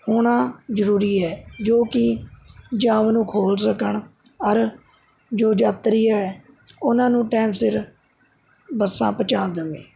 ਹੋਣਾ ਜ਼ਰੂਰੀ ਹੈ ਜੋ ਕਿ ਜਾਮ ਨੂੰ ਖੋਲ੍ਹ ਸਕਣ ਅੋਰ ਜੋ ਯਾਤਰੀ ਹੈ ਉਹਨਾਂ ਨੂੰ ਟਾਇਮ ਸਿਰ ਬੱਸਾਂ ਪਹੁੰਚਾ ਦੇਵੇ